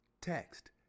Text